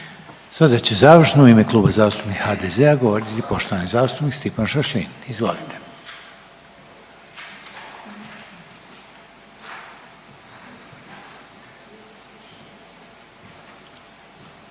Sada će završno u ime Kluba zastupnika HDZ-a govoriti poštovani zastupnik Stipan Šašlin, izvolite.